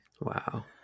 Wow